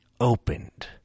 opened